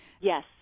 Yes